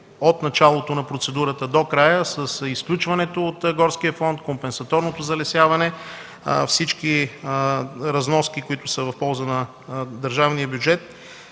от началото на процедурата до края – с изключването от горския фонд, компенсаторното залесяване, всички разноски, които са в полза на държавния бюджет,